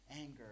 Anger